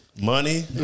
Money